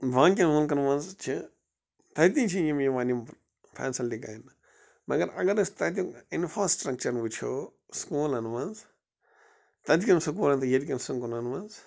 باقِین مُلکن منٛز چھِ تَتہِ چھِ یِم یِوان یِم فیٚسلٹی کَرنہٕ مگر اگر أسۍ تَتُک اِنفرا سٹرٛکچر وُچھُو سکوٗلن منٛز تَتہِ کیٚن سکوٗلن تہِ ییٚتہِ کیٚن سکوٗلن منٛز